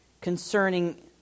concerning